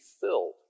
filled